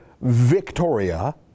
Victoria